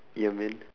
ya man